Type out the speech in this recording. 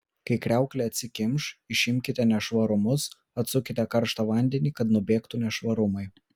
kai kriauklė atsikimš išimkite nešvarumus atsukite karštą vandenį kad nubėgtų nešvarumai